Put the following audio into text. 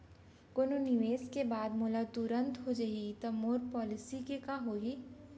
कोनो निवेश के बाद मोला तुरंत हो जाही ता मोर पॉलिसी के का होही?